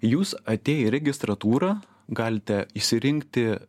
jūs atėję į registratūrą galite išsirinkti